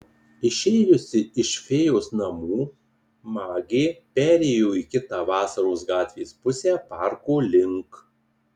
išėjusi iš fėjos namų magė perėjo į kitą vasaros gatvės pusę parko link